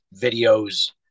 videos